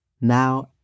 now